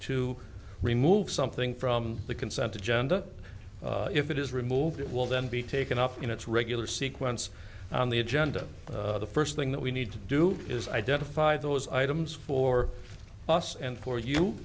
to remove something from the consent agenda if it is removed it will then be taken up in its regular sequence on the agenda the first thing that we need to do is identify those items for us and for you